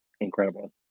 incredible